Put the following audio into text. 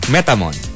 Metamon